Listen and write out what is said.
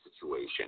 situation